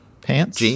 pants